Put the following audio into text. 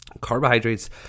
Carbohydrates